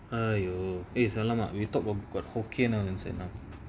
!aiyo! eh so நல்லமா:nallamaa we talk about got hokkien [one] and you know